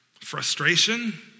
Frustration